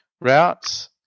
routes